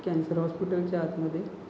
cancer हॉस्पिटलच्या आतमध्ये